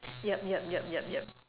yup yup yup yup yup